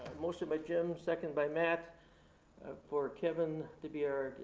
motion by jim, second by matt for kevin to be our,